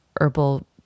herbal